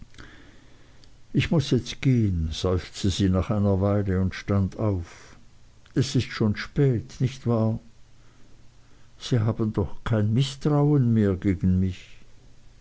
ich muß jetzt gehen seufzte sie nach einer weile und stand auf es ist schon spät nicht wahr sie haben doch kein mißtrauen mehr gegen mich